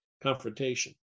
confrontation